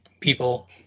people